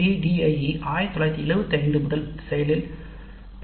ADDIE 1975 முதல் செயலில் உள்ளது